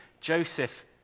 Joseph